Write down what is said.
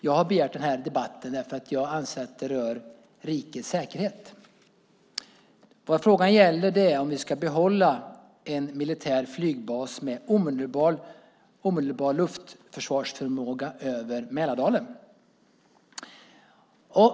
Jag har begärt den här debatten därför att jag anser att detta rör rikets säkerhet. Vad frågan gäller är om vi ska behålla en militär flygbas med omedelbar luftförsvarsförmåga över Mälardalen.